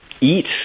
eat